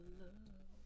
love